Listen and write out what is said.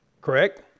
Correct